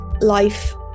life